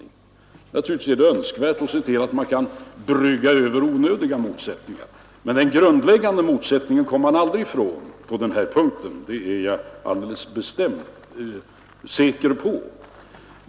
Givetvis är det önskvärt att se till att man kan överbrygga onödiga motsättningar, men den grundläggande motsättningen kommer man aldrig ifrån på denna punkt, det är jag alldeles säker på.